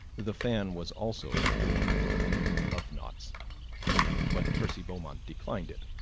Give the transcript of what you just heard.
the fan was also adorned with pink love knots but percy beaumont declined it,